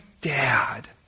dad